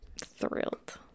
Thrilled